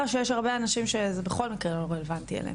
שיש הרבה אנשים שבכל מקרה זה לא רלוונטי אליהם.